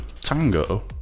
Tango